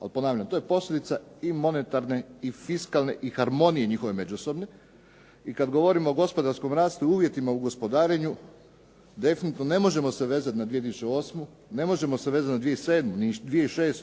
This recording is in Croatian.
ali ponavljam to je posljedica i monetarne i fiskalne i harmonije njihove međusobne. I kad govorimo o gospodarskom rastu, o uvjetima u gospodarenju definitivno ne možemo se vezat na 2008., ne možemo se vezat a 2007. ni na 2006.,